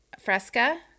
fresca